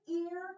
ear